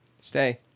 Stay